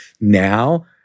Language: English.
now